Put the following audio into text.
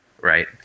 right